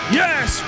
yes